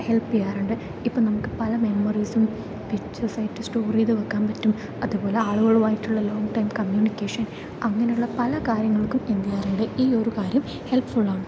help ചെയ്യാറുണ്ട് ഇപ്പോൾ നമുക്ക് പല മെമ്മറീസും പിക്ചർസ് ആയിട്ട് സ്റ്റോറ് ചെയ്തു വെക്കാൻ പറ്റും അതുപോലെ ആളുകളുമായിട്ടുള്ള ലോങ്ങ് ടൈം കമ്മ്യൂണിക്കേഷൻ അങ്ങനെയുള്ള പല കാര്യങ്ങൾക്കും എന്ത് ചെയ്യാറുണ്ട് ഈ ഒരു കാര്യം ഹെൽപ്ഫുൾ ആണ്